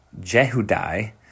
Jehudai